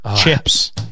Chips